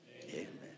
Amen